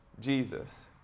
Jesus